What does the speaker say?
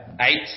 eight